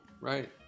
right